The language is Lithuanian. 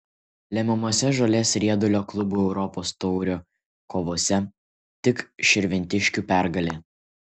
lemiamose žolės riedulio klubų europos taurių kovose tik širvintiškių pergalė